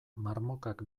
marmokak